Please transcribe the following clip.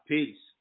Peace